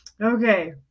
Okay